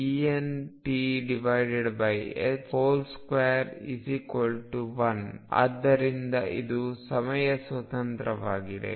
ಆದ್ದರಿಂದ ಇದು ಸಮಯ ಸ್ವತಂತ್ರವಾಗಿದೆ